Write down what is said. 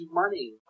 money